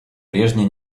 прежняя